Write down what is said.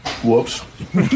Whoops